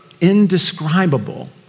indescribable